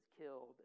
killed